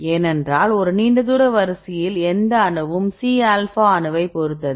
ஏனென்றால் ஒரு நீண்ட தூர வரிசையில் எந்த அணுவும் C ஆல்பா அணுவைப் பொறுத்தது